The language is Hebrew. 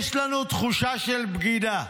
"'יש לנו תחושה של בגידה.